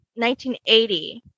1980